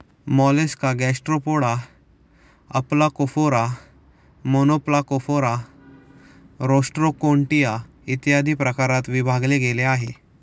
Mollusca Gastropoda, Aplacophora, Monoplacophora, Rostroconchia, इत्यादी प्रकारात विभागले गेले आहे